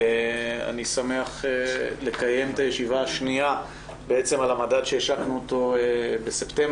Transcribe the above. אני שמח לקיים את הישיבה השנייה על המדד שהשקנו בספטמבר.